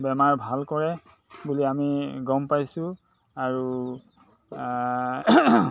বেমাৰ ভাল কৰে বুলি আমি গম পাইছোঁ আৰু